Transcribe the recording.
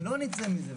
לא נצא מזה.